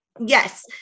Yes